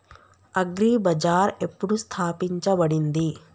Agri bazaar ఎప్పుడు స్థాపించబడింది?